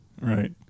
Right